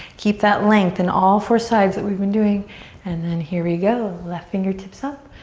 keep that length in all four sides that we've been doing and then here we go. left fingertips up.